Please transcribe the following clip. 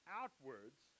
outwards